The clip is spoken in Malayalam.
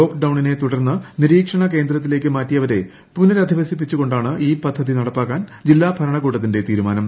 ലോക്ക്ഡൌണിനെ തുടർന്ന് നിരീക്ഷണ കേന്ദ്രത്തിലേക്ക് മാറ്റിയവരെ പുനരധിവസിപ്പിച്ചു കൊണ്ടാണ് ഈ പദ്ധതി നടപ്പാക്കാൻ ജില്ലാ ഭരണകൂടത്തിന്റെ തീരുമാനം